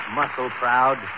muscle-proud